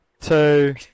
two